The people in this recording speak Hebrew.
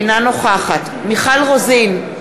אינה נוכחת מיכל רוזין,